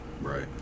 Right